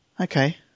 okay